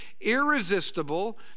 irresistible